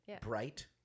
bright